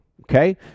okay